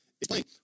explain